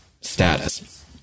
status